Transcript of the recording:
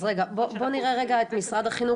אז בואו נראה רגע עם משרד החינוך,